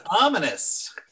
ominous